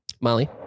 Molly